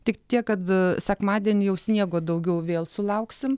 tik tiek kad sekmadienį jau sniego daugiau vėl sulauksim